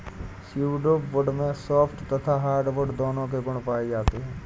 pseudo wood में soft तथा hardwood दोनों के गुण पाए जाते हैं